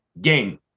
game